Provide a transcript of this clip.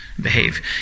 behave